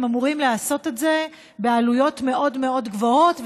הם היו אמורים לעשות את זה בעלויות מאוד מאוד גבוהות,